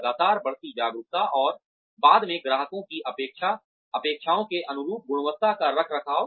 लगातार बढ़ती जागरूकता और बाद में ग्राहकों की अपेक्षाओं के अनुरूप गुणवत्ता का रखरखाव